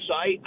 site